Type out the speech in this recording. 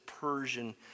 Persian